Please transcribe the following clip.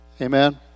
Amen